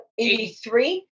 83